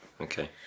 okay